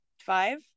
five